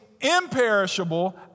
imperishable